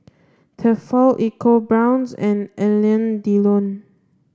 Tefal EcoBrown's and Alain Delon